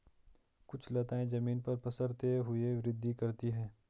कुछ लताएं जमीन पर पसरते हुए वृद्धि करती हैं